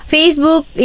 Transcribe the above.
Facebook